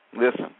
Listen